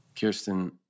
Kirsten